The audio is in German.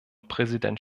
präsident